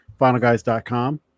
FinalGuys.com